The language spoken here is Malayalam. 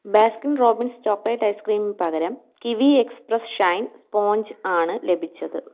ബാസ്കിൻ റോബിൻസ് ചോക്ലേറ്റ് ഐസ്ക്രീമിന് പകരം കിവി എക്സ്പ്രസ് ഷൈൻ സ്പോഞ്ച് ആണ് ലഭിച്ചത്